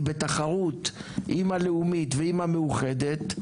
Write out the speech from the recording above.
היא בתחרות עם הלאומית ועם המאוחדת,